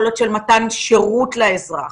יכולות של מתן שירות לאזרח,